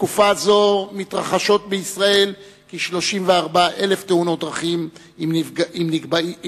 בתקופה זו מתרחשות בישראל כ-34,000 תאונות דרכים עם נפגעים,